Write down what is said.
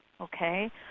okay